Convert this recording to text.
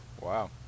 Wow